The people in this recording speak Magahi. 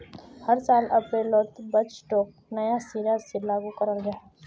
हर साल अप्रैलोत बजटोक नया सिरा से लागू कराल जहा